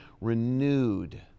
renewed